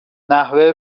نحوه